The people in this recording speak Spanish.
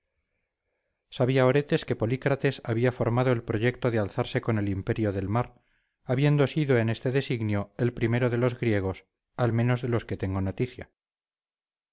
sabía oretes que polícrates había formado el proyecto de alzarse con el imperio del mar habiendo sido en este designio el primero de los griegos al menos de los que tengo noticia